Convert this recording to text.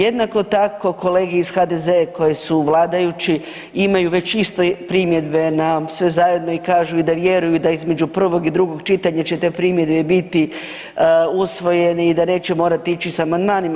Jednako tako kolege iz HDZ-a koji su vladajući imaju već isto primjedbe na sve zajedno i kažu i da vjeruju da između prvog i drugog čitanja će te primjedbe biti usvojene i da neće morati ići sa amandmanima.